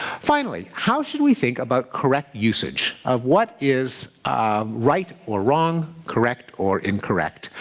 finally, how should we think about correct usage of what is um right or wrong, correct or incorrect?